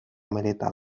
militar